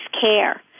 Care